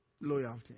Loyalty